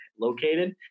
located